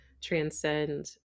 transcend